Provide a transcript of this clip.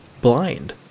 blind